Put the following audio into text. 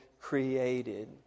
created